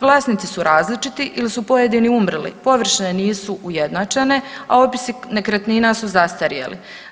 Vlasnici su različiti ili su pojedini umrli, površine nisu ujednačene, a opisi nekretnina su zastarjeli.